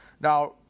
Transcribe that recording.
Now